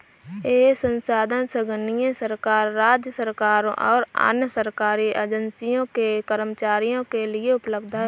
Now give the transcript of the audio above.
यह संसाधन संघीय सरकार, राज्य सरकारों और अन्य सरकारी एजेंसियों के कर्मचारियों के लिए उपलब्ध है